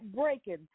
breaking